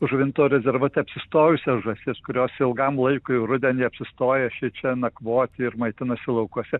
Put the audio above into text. žuvinto rezervate apsistojusias žąsis kurios ilgam laikui rudenį apsistoja šičia nakvoti ir maitinasi laukuose